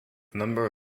number